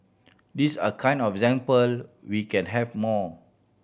these are kind of example we can have more